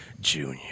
Junior